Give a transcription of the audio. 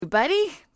buddy